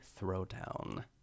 Throwdown